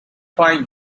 quite